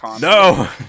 no